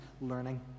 learning